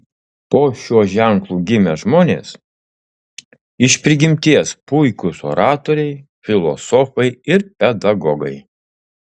po šiuo ženklu gimę žmonės iš prigimties puikūs oratoriai filosofai ir pedagogai